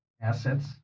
assets